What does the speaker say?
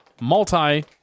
multi-